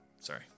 Sorry